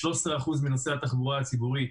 13% מנוסעי התחבורה הציבורית,